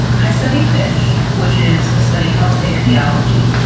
i study fish, which is a study called ichthyology.